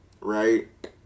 right